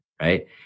Right